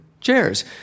chairs